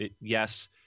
yes